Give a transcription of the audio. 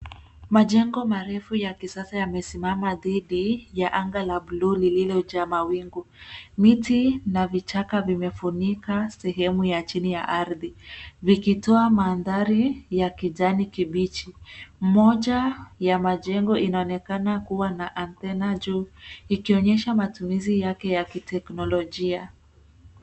Majengo marefu ya kisasa yamesimama dhidi ya anga la blue lililojaa mawingu. Miti na vichaka vimefunika sehemu ya chini ya ardhi, vikitoa mandhari ya kijani kibichi. Moja ya majengo inaonekana kua na antennae juu, ikionyesha matumizi yake ya kiteknolojia.